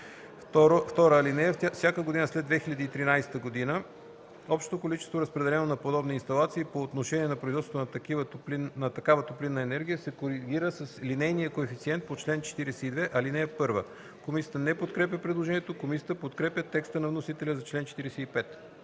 охлаждане. (2) Всяка година след 2013 г. общото количество, разпределено на подобни инсталации по отношение на производството на такава топлинна енергия, се коригира с линейния коефициент по чл. 42, ал. 1.” Комисията не подкрепя предложението. Комисията подкрепя текста на вносителя за чл. 45.